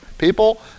People